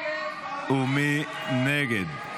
ומי נגד?